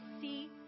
see